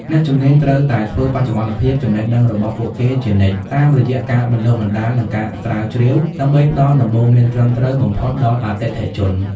អ្នកជំនាញត្រូវតែធ្វើបច្ចុប្បន្នភាពចំណេះដឹងរបស់ពួកគេជានិច្ចតាមរយៈការបណ្តុះបណ្តាល និងការស្រាវជ្រាវ ដើម្បីផ្តល់ដំបូន្មានត្រឹមត្រូវបំផុតដល់អតិថិជន។